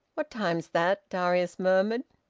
what time's that? darius murmured.